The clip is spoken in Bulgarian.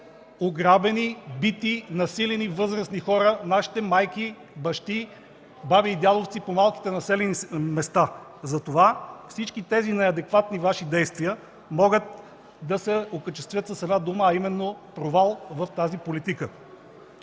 ограбени, бити, насилени възрастни хора – нашите майки, бащи, баби и дядовци, по малките населени места. Затова всички тези неадекватни Ваши действия могат да се окачествят с една дума, а именно провал в тази политика.